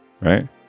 Right